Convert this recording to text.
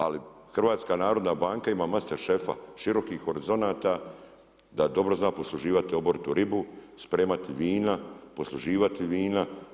Ali HNB ima master šefa širokih horizonata, da dobro zna posluživati oboritu ribu, spremati vina, posluživati vina.